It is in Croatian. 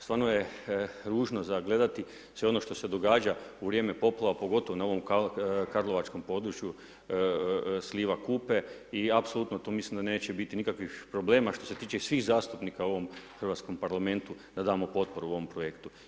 Stvarno je ružno za gledati sve ono što se događa u vrijeme poplava, pogotovo na ovom karlovačkom području sliva Kupe i apsolutno tu mislim da tu neće biti nikakvih problema što se tiče svih zastupnika u ovom Hrvatskom parlamentu da damo potporu ovom projektu.